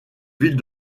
ville